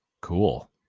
Cool